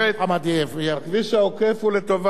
הכביש העוקף הוא לטובת האוכלוסייה,